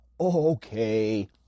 Okay